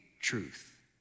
truth